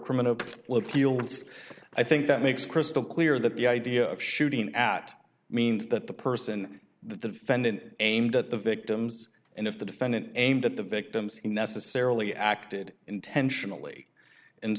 criminal appeals i think that makes crystal clear that the idea of shooting at means that the person the defendant aimed at the victims and if the defendant aimed at the victims necessarily acted intentionally and